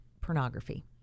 pornography